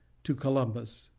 to columbus.